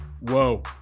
Whoa